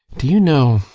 do you know,